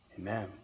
Amen